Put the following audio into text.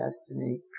destiny